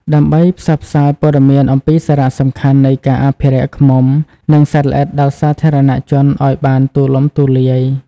ដើម្បីផ្សព្វផ្សាយព័ត៌មានអំពីសារៈសំខាន់នៃការអភិរក្សឃ្មុំ និងសត្វល្អិតដល់សាធារណជនឱ្យបានទូលំទូលាយ។